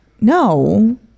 No